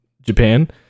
Japan